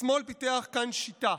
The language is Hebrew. השמאל פיתוח כאן שיטה